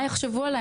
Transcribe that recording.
מה יחשבו עליי?